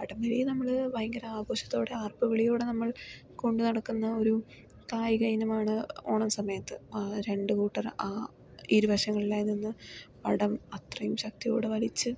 വടം വലിയെ നമ്മൾ ഭയങ്കര ആഘോഷത്തോടെ ആർപ്പുവിളിയോടെ നമ്മൾ കൊണ്ടുനടക്കുന്ന ഒരു കായിക ഇനമാണ് ഓണ സമയത്ത് രണ്ടു കൂട്ടർ ആ ഇരുവശങ്ങളിലായി നിന്ന് വടം അത്രയും ശക്തിയോടെ വലിച്ച്